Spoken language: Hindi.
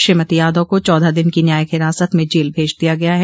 श्रीमती यादव को चौदह दिन की न्यायिक हिरासत में जेल भेज दिया गया है